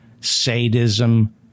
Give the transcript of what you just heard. sadism